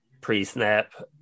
pre-snap